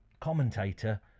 commentator